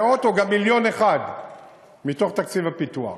מאות מיליונים או גם מיליון אחד מתוך תקציב הפיתוח,